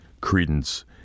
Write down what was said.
credence